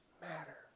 matter